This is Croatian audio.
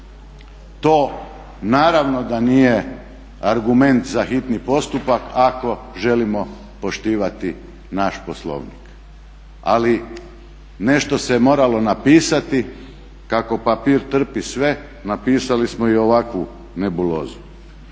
To naravno da nije argument za hitni postupak ako želimo poštivati naš Poslovnik. Ali, nešto se moralo napisati, a kako papir trpi sve napisali smo i ovakvu nebulozu.